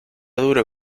duro